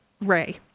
Ray